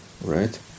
right